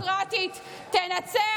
ישראל הדמוקרטית תנצח.